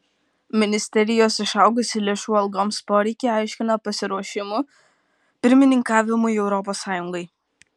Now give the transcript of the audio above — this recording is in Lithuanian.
ministerijos išaugusį lėšų algoms poreikį aiškina pasiruošimu pirmininkavimui europos sąjungai